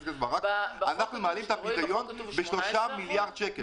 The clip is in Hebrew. אנחנו מעלים את הפדיון ב-3 מיליארד שקל.